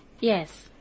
Yes